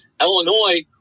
Illinois